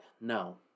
No